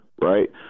right